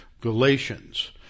Galatians